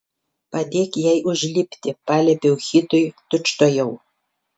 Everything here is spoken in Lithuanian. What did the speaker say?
padėk jai užlipti paliepiau hitui tučtuojau